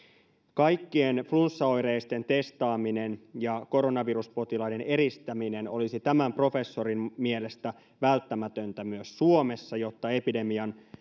kaikkien flunssaoireisten testaaminen ja koronaviruspotilaiden eristäminen olisi tämän professorin mielestä välttämätöntä myös suomessa jotta epidemian